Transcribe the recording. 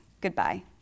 goodbye